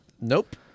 Nope